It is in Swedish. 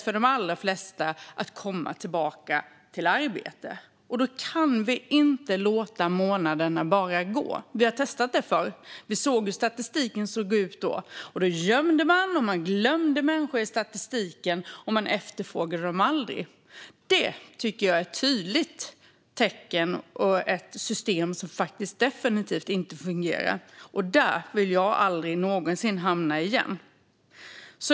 För de allra flesta är det att komma tillbaka till arbete, och då kan vi inte bara låta månaderna gå. Vi har testat det förr, och vi såg hur statistiken såg ut då. Man gömde och glömde människor i statistiken, och man efterfrågade dem aldrig. Det tycker jag är ett tydligt tecken på att ett system definitivt inte fungerar. Där vill jag aldrig någonsin hamna igen.